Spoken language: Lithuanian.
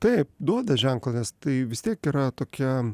taip duoda ženklą nes tai vis tiek yra tokia